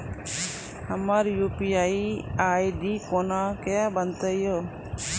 हमर UPI ID कोना के बनत यो?